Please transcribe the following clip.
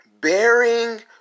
bearing